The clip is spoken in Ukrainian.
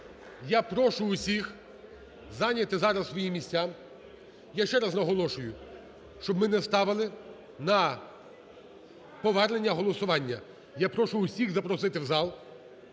Я прошу всіх зайняти зараз свої місця. Я ще раз наголошую, щоб ми не ставили на повернення голосування, я прошу всіх запросити в зал,